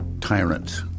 Tyrant